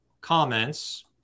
comments